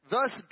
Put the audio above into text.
Thus